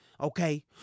Okay